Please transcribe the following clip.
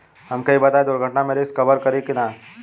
हमके ई बताईं दुर्घटना में रिस्क कभर करी कि ना?